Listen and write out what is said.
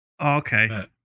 Okay